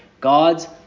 God's